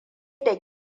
da